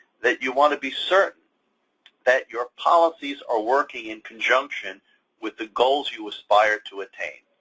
that you want to be certain that your policies are working in conjunction with the goals you aspire to attain.